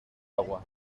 agua